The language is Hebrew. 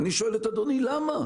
אני שואל את אדוני למה?